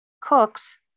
cooks